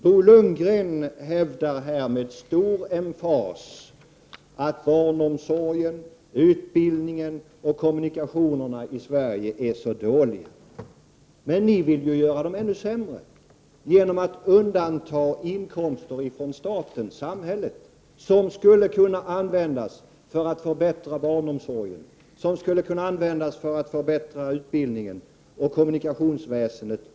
Bo Lundgren hävdade med stor emfas att barnomsorgen, utbildningen och kommunikationerna i Sverige är dåliga. Men ni moderater vill ju göra dem ännu sämre, genom att undandra inkomster från staten och samhället — inkomster som skulle kunna användas för att förbättra bl.a. barnomsorgen, utbildningen och kommunikationsväsendet.